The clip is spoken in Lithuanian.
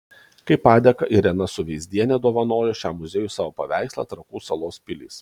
kaip padėką irena suveizdienė dovanojo šiam muziejui savo paveikslą trakų salos pilys